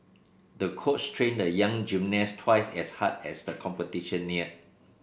the coach trained the young gymnast twice as hard as the competition neared